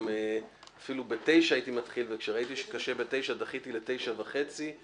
אפילו בתשע הייתי מתחיל וכשראיתי שקשה בתשע דחיתי לתשע וחצי,